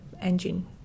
engine